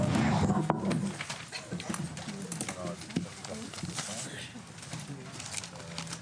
הישיבה ננעלה בשעה 12:04.